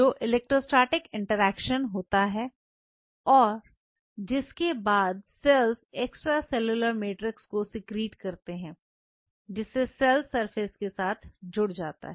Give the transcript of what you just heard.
जो electrostatic interaction होता है जिसके बाद सेल्स एक्सट्रेसेल्यूलर मैट्रिक्स को सिक्रीट करते हैं जिससे सेल सरफेस के साथ जुड़ जाता है